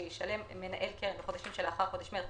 שישלם מנהל קרן בחדשים שלאחר חודש מרס